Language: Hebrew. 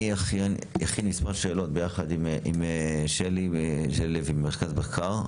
אני אכין מסמך שאלות יחד עם שלי לוי ממרכז המחקר,